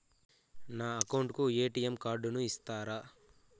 నా అకౌంట్ కు ఎ.టి.ఎం కార్డును ఇస్తారా